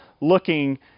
looking